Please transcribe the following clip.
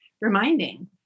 reminding